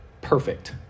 perfect